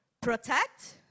protect